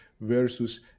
versus